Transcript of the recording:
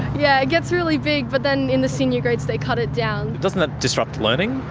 yeah it gets really big but then in the senior grades they cut it down. doesn't that disrupt learning?